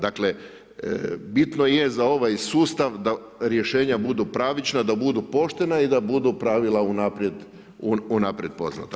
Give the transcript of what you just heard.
Dakle, bitno je za ovaj sustav da rješenja budu pravična, da budu poštena i da budu pravila unaprijed poznata.